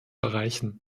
erreichen